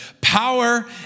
power